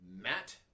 Matt